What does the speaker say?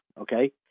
okay